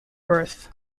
birth